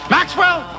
Maxwell